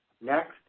Next